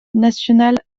national